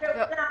"ואולם,